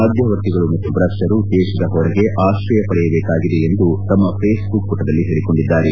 ಮಧ್ದವರ್ತಿಗಳು ಮತ್ತು ಭ್ರಷ್ಪರು ದೇಶದ ಹೊರಗೆ ಆಕ್ರಯ ಪಡೆಯಬೇಕಾಗಿದೆ ಎಂದು ತಮ್ನ ಫೇಸ್ಬುಕ್ ಪುಟದಲ್ಲಿ ಹೇಳಿಕೊಂಡಿದ್ದಾರೆ